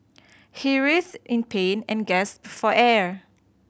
he writhed in pain and gasped for air